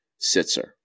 Sitzer